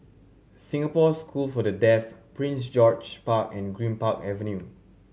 Singapore School for The Deaf Prince George's Park and Greenpark Avenue